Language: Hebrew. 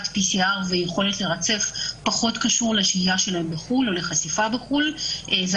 PCR ויכולת לרצף פחות קשור לשהייה שלהם בחוץ לארץ או לחשיפה בחוץ לארץ.